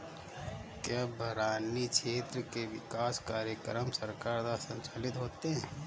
क्या बरानी क्षेत्र के विकास कार्यक्रम सरकार द्वारा संचालित होते हैं?